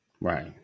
Right